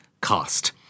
Cost